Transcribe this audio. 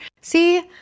See